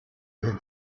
your